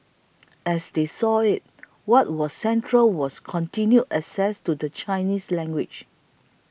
as they saw it what was central was continued access to the Chinese language